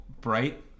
bright